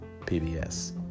PBS